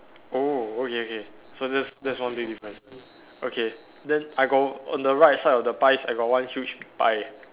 oh okay okay so that that's one big difference okay then I got on the right side of the pies I got one huge pie